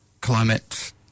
Climate